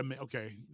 okay